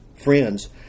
friends